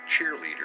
cheerleader